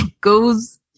goes